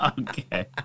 Okay